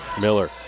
Miller